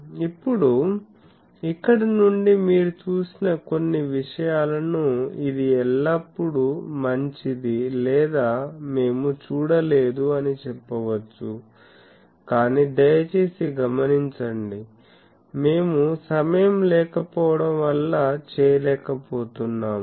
ఇప్పుడు ఇక్కడ నుండి మీరు చూసిన కొన్ని విషయాలను ఇది ఎల్లప్పుడూ మంచిది లేదా మేము చూడలేదు అని చెప్పవచ్చు కాని దయచేసి గమనించండి మేము సమయం లేకపోవడం వల్ల చేయలేకపోతున్నాము